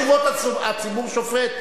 יש תשובות והציבור שופט.